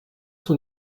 sont